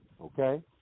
Okay